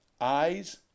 eyes